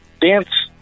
dance